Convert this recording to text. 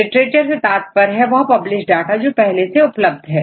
literature से तात्पर्य है वह पब्लिश डाटा जो पहले उपलब्ध था